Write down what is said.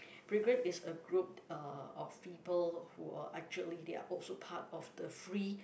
freegan is a group uh of people who were actually they are also part of the free